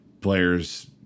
players